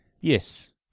Yes